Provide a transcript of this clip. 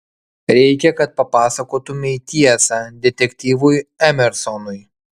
reikia kad papasakotumei tiesą detektyvui emersonui